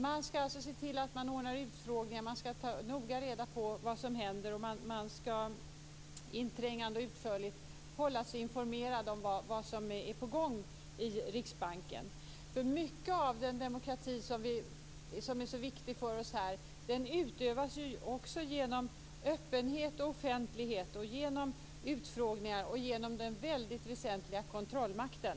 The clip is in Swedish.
Man skall anordna utfrågningar, ta noga reda på vad som händer samt inträngande och utförligt hålla sig informerad om vad som är på gång inom Riksbanken. Mycket av den demokrati som är så viktig för oss utövas också genom öppenhet och offentlighet, genom utfrågningar och genom den väldigt väsentliga kontrollmakten.